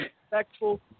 respectful